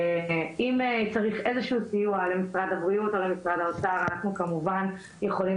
אם צריך איזשהו סיוע למשרד הבריאות או למשרד האוצר אנחנו כמובן יכולים